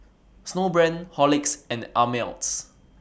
Snowbrand Horlicks and Ameltz